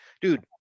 dude